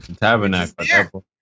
Tabernacle